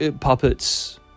puppets